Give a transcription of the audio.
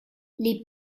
les